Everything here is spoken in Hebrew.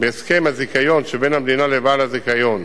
בהסכם הזיכיון שבין המדינה לבעל הזיכיון